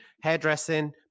hairdressing